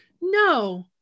No